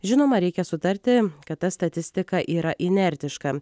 žinoma reikia sutarti kad ta statistika yra inertiška